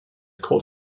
cold